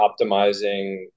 optimizing